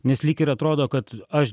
nes lyg ir atrodo kad aš